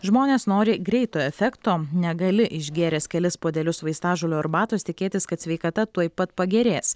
žmonės nori greito efekto negali išgėręs kelis puodelius vaistažolių arbatos tikėtis kad sveikata tuoj pat pagerės